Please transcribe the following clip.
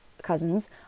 Cousins